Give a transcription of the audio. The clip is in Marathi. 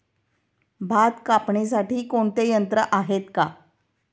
भात कापणीसाठी कोणते यंत्र आहेत का?